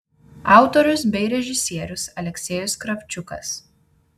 autorius bei režisierius aleksejus kravčiukas